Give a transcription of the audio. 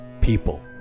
people